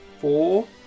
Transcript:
four